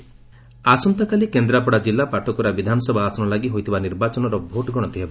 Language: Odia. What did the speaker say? କାଲି ଭୋଟ୍ ଗଣତି ଆସନ୍ତାକାଲି କେନ୍ଦ୍ରାପଡ଼ା ଜିଲ୍ଲା ପାଟକୁରା ବିଧାନସଭା ଆସନ ଲାଗି ହୋଇଥିବା ନିର୍ବାଚନର ଭୋଟ୍ ଗଣତି ହେବ